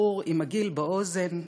בחור עם עגיל באוזן,